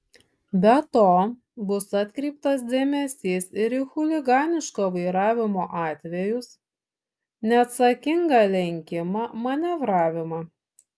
be to bus atkreiptas dėmesys ir į chuliganiško vairavimo atvejus neatsakingą lenkimą manevravimą